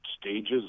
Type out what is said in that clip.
stages